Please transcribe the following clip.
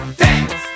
dance